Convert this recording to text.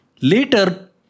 Later